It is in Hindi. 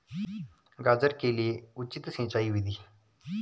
गाजर के लिए उचित सिंचाई विधि?